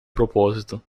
propósito